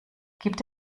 gibt